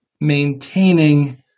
maintaining